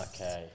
Okay